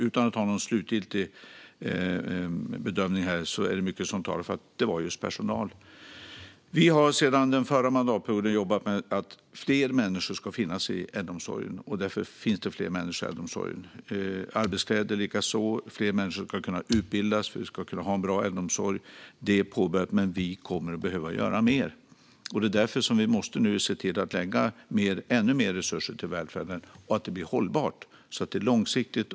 Utan att göra någon slutgiltig bedömning är det ändå mycket som talar för att det var just personalen. Vi har sedan förra mandatperioden jobbat med att fler människor ska finnas i äldreomsorgen. Därför finns det nu fler människor i äldreomsorgen. Det gäller även arbetskläder. Fler människor ska utbildas för att vi ska kunna ha en bra äldreomsorg. Det är påbörjat. Men vi kommer att behöva göra mer. Därför måste vi nu lägga ännu mer resurser på välfärden och se till att det blir hållbart och långsiktigt.